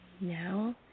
Now